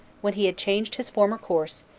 when he had changed his former course,